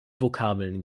vokabeln